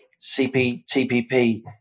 CPTPP